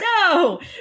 no